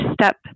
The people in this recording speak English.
step